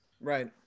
Right